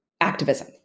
activism